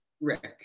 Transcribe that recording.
Rick